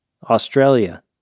Australia